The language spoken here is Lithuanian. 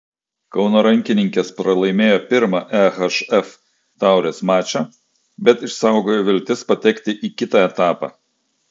kauno rankininkės pralaimėjo pirmą ehf taurės mačą bet išsaugojo viltis patekti į kitą etapą